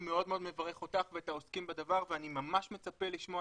מאוד מברך אותך ואת העוסקים בדבר ואני ממש מצפה לשמוע